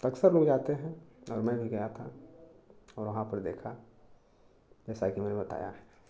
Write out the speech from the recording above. अक्सर लोग जाते हैं और मैं भी गया था और वहाँ पर देखा कि बताया